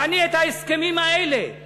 ואני את ההסכמים האלה,